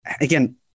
again